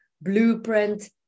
blueprint